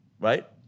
right